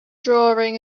drawing